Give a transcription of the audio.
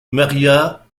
maria